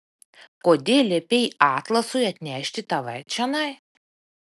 kodėl liepei atlasui atnešti tave čionai